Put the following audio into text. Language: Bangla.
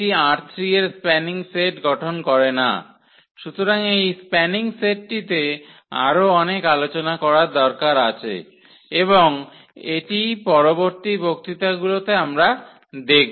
So there is a lot more to discuss on this spanning set and that will follow in the next lectures সুতরাং এই স্প্যানিং সেটটিতে আরও অনেক আলোচনা করার দরকার রয়েছে এবং এটি পরবর্তী বক্তৃতাগুলিতে আমরা দেখব